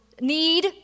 Need